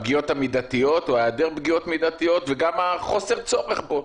המידתיות או היעדר פגיעות מידתיות וגם חוסר הצורך בו.